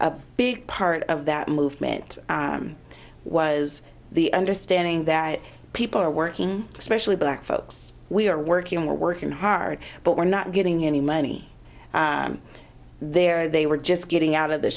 a big part of that movement was the understanding that people are working especially black folks we are working we're working hard but we're not getting any money there they were just getting out of the